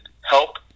help